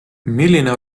milline